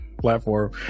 platform